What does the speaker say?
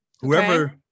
Whoever